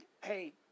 hey